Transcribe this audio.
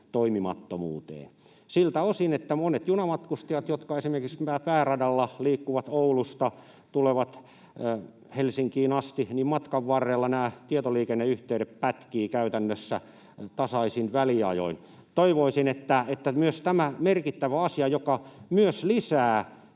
toimimattomuuteen siltä osin, että monilla junamatkustajilla, jotka esimerkiksi pääradalla liikkuvat Oulusta, tulevat Helsinkiin asti, matkan varrella nämä tietoliikenneyhteydet pätkivät käytännössä tasaisin väliajoin. Toivoisin, että myös tämä merkittävä asia, joka myös lisää